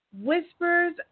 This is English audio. Whispers